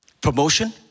promotion